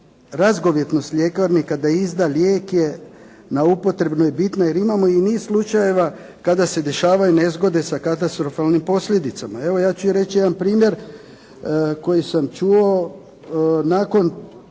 razgovijetnost ljekarnika da izda lijek je na upotrebno i bitno, jer imamo i niz slučajeva kada se dešavaju nezgode sa katastrofalnim posljedicama. Evo ja ću reći jedan primjer koji sam čuo. Nakon